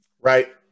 Right